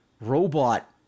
robot